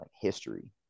history